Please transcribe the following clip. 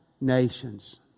nations